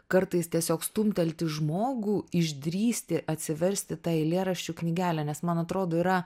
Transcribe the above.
kartais tiesiog stumtelti žmogų išdrįsti atsiversti tą eilėraščių knygelę nes man atrodo yra